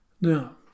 Now